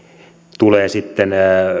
tulee sitten